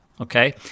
okay